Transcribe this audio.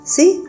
See